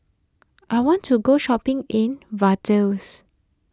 I want to go shopping in Vaduz